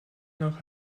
nach